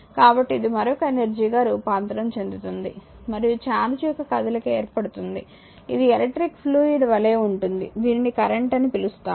కాబట్టి ఇది మరొక ఎనర్జీ గా రూపాంతరం చెందుతుంది మరియు ఛార్జ్ యొక్క కదలిక ఏర్పడుతుంది ఇది ఎలక్ట్రిక్ ఫ్లూయిడ్ వలే ఉంటుంది దీనిని కరెంట్ అని పిలుస్తాము